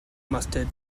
mustard